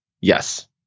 Yes